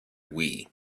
wii